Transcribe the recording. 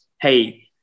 hey